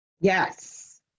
yes